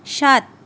সাত